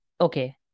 okay